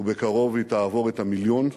ובקרוב היא תעבור את המיליון.